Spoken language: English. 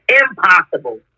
impossible